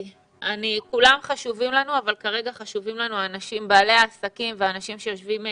כולם חשובים לנו אבל כרגע חשובים לנו בעלי העסקים והאנשים שיושבים בבית,